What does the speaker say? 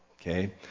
okay